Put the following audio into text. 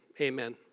amen